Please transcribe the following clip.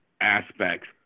aspects